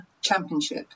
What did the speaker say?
championship